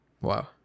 Wow